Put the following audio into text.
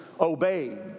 obeyed